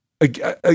again